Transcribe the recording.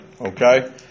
okay